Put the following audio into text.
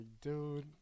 dude